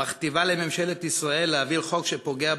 מכתיבה לממשלת ישראל להעביר חוק שפוגע